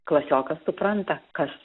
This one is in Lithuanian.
klasiokas supranta kas